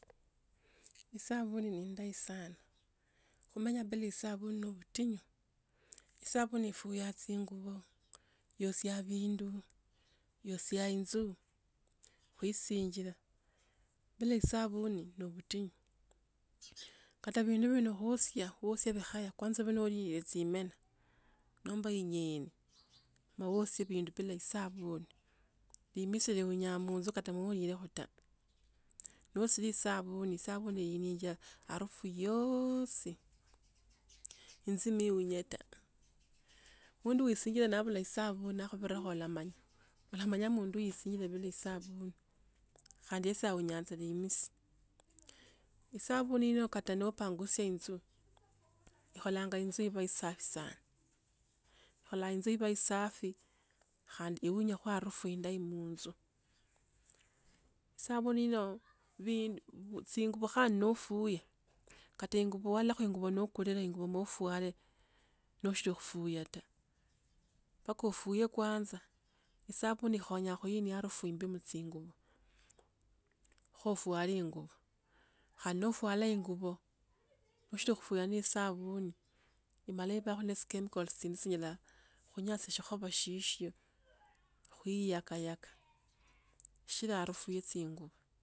Esavuni ne yndayi sana. Khumenya bila savuni novutinyu. Esavuni ifuya tsinguo yosia vindu yosia inzu khwisinjira bila e savuni novutinyu kata vindu vino khwosia. khwosia vikhaya kwanza ovee nolilire tsimena nomba yinyeni ne wosia vindu bila esavuni limisu liunya munzu kota mwolirekho ta. No wosira e savuni savuni yinyinja harufu yosi. Inzu ni iunye ta. Mundu wisinjire navula i savuni nakhwirakho olanya olamanya mundu uyu yesinjire bila esavuni khandi yesi nunya tsa limisi. E savuni yino kata nopangusa yinzu yiva esafi khandi lunyakho harufu indayi munzu savuni yino vindu tsinguvo khandi nofuyo kata ingu walolakho inguvo nokulie inguvo nofwale noshiri khufuga ta. Mpaka ofuye kwanza savuni yikhonya khuinia harufu yimbimutsingwa kho ofwale inguvo khandi nofwala inguvo oshiri khufuga ne savuni. imala ivakho ne tsi chemicals tsindi tsinyile khunyasia shikhova shisho khwi yaka yaka shira harufu ye tsinguvo.